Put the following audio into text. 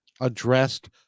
addressed